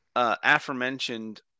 Aforementioned